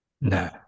No